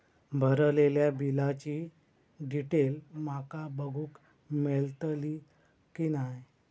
भरलेल्या बिलाची डिटेल माका बघूक मेलटली की नाय?